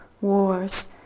wars